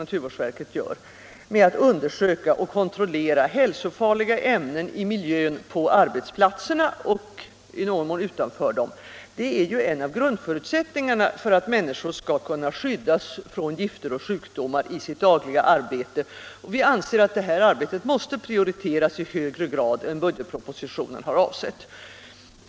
Naturvårdsverkets arbete med att undersöka och kontrollera hälsofarliga ämnen i miljön på arbetsplatserna och i någon mån utanför dem är ju en av grundförutsättningarna för att människor skall kunna skyddas från gifter och sjukdomar i sitt dagliga arbete. Vi anser att detta arbete måste prioriteras i högre grad än budgetpropositionen har avsett.